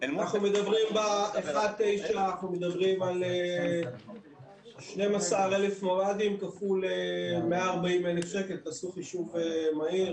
אנחנו מדברים על 12,000 ממ"דים כפול 140,000 שקלים תעשו חישוב מהיר.